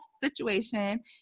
situation